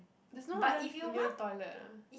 there's no other near toilet ah